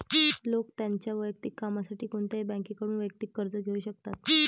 लोक त्यांच्या वैयक्तिक कामासाठी कोणत्याही बँकेकडून वैयक्तिक कर्ज घेऊ शकतात